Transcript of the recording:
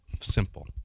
Simple